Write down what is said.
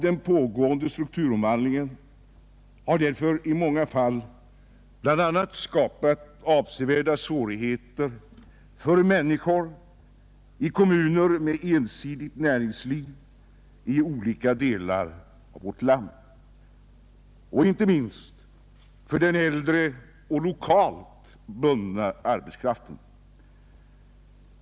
Den pågående strukturomvandlingen har därför i många fall åstadkommit avsevärda svårigheter för människor i kommuner med ensidigt näringsliv i olika delar av vårt land, inte minst för den äldre och lokalt bundna arbetskraften.